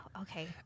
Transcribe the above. okay